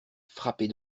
frappez